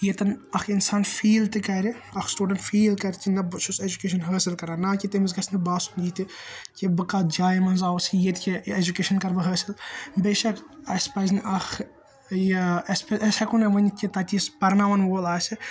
ییٚتٮ۪ن اَکھ اِنسان فیل تہِ کَرِ اَکھ سِٹوڈَنٹ فیل کَرِ زِ نہِ بہٕ چھُس ایٚجوکیشَن حٲصِل کَران نا کہِ تٔمِس گَژھہِ نہٕ باسُن یِتہِ کہِ بہٕ کَتھ جایہِ منٛز آوُس ییٚتہِ کیاہ ایٚجوکیشَن کرٕ بہٕ حٲصِل بیشَک اَسہِ پَزِ نہٕ اَکھ یا اَسہِ أسۍ ہیٚکو نہٕ ؤنِتھ کہِ تَتہِ یِژھ پَرناوَن وول آسہِ